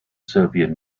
serbian